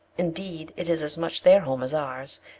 indeed it is as much their home as ours,